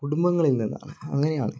കുടുംബങ്ങളിൽ നിന്നാണ് അങ്ങനെയാണ്